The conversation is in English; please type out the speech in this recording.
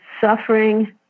suffering